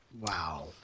Wow